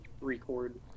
Record